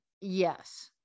Yes